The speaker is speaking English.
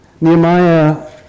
Nehemiah